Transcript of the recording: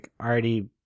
already